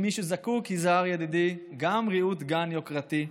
אם מישהו זקוק, יזהר ידידי, גם ריהוט גן יוקרתי.